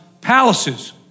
palaces